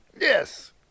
Yes